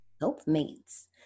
Helpmates